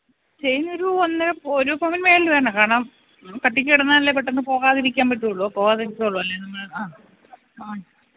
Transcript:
ചെയിനൊരു ഒരു ഒന്നെ ഒരു പവൻ വേണ്ടിവരണം കാരണം കട്ടിക്ക് കിടന്നാലല്ലേ പെട്ടന്ന് പോകാതിരിക്കാൻ പറ്റുള്ളൂ പോകാതിരിക്കുള്ളൂ അല്ലേ നമ്മൾ അ അ